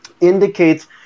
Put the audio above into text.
indicates